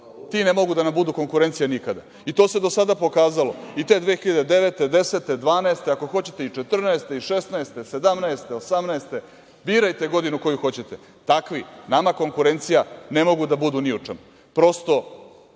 ti ne mogu da nam budu konkurencija nikada. I to se do sada pokazalo, i te 2009, 2010, 2012, ako hoćete i 2014, 2016, 2017, 2018, birajte godinu koju hoćete. Takvi nama konkurencija ne mogu da budu ni u čemu. Prosto,